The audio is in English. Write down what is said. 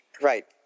Right